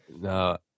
No